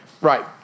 Right